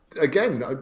again